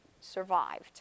survived